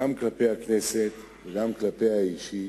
גם כלפי הכנסת וגם כלפיה אישית,